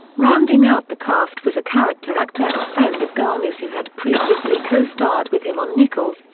rounding out the cast was a character actor and friend of garner's who had previously co-starred with him on nichols,